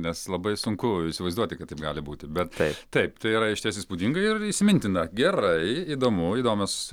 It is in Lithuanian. nes labai sunku įsivaizduoti kad taip gali būti bet taip taip tai yra išties įspūdinga ir įsimintina gerai įdomu įdomios